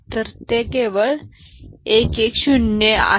तर हे केवळ 1 1 0 1 आहे